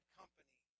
company